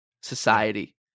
society